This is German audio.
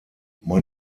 man